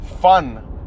fun